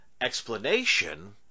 explanation